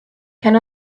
can